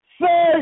say